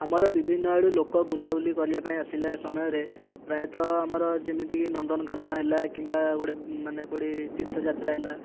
ଆମର ବିଭିନ୍ନ ଆଡ଼ୁ ଲୋକ ବୁଲାବୁଲି କରିବା ପାଇଁ ଆସିଲା ସମୟରେ ପ୍ରାୟତଃ ଆମର ଯେମିତିକି ନନ୍ଦନକାନନ ହେଲା କିମ୍ବା ଗୋଟେ ମାନେ କେଉଁଠି ତୀର୍ଥ ଯାତ୍ରା ହେଲା